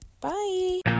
bye